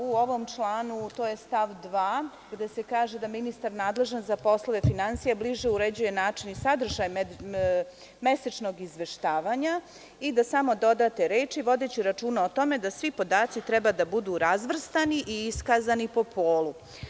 U članu 14, stav 2, gde se kaže da ministar nadležan za poslove finansija bliže uređuje način i sadržaj mesečnog izveštavanja, trebali ste samo da dodate reči: „vodeći računa o tome da svi podaci treba da budu razvrstani i iskazani po polu“